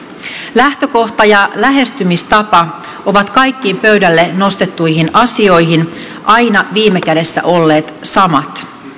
lähtökohta ja lähestymistapa ovat kaikkiin pöydälle nostettuihin asioihin aina viime kädessä olleet samat